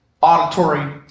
Auditory